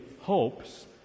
hopes